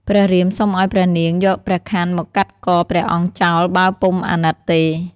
ព្រះរាមសុំឱ្យព្រះនាងយកព្រះខ័នមកកាត់កព្រះអង្គចោលបើពុំអាណិតទេ។